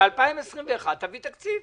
ל-2021 תביא תקציב.